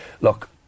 Look